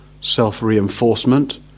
self-reinforcement